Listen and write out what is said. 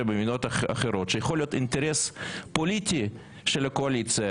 במדינות אחרות שיכול להיות אינטרס פוליטי של הקואליציה